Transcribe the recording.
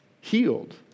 healed